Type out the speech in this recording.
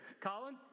Colin